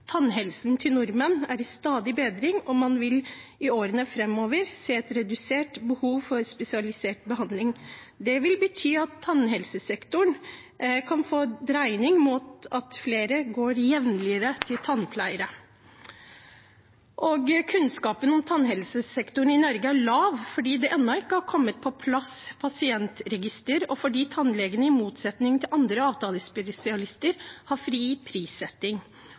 Tannhelsen til nordmenn er i stadig bedring, og man vil i årene framover se et redusert behov for spesialisert behandling. Det vil bety at tannhelsesektoren kan få en dreining mot at flere går mer jevnlig til tannpleiere. Kunnskapen om tannhelsesektoren i Norge er lav fordi det ennå ikke har kommet på plass pasientregister, og fordi tannlegene i motsetning til andre avtalespesialister har fri prissetting.